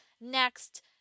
next